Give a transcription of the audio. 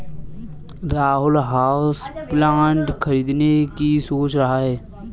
Rahul houseplant खरीदने की सोच रहा है